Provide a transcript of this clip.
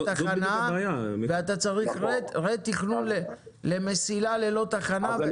תחנה ואתה צריך רה-תכנון למסילה ללא תחנה.